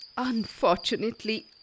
Unfortunately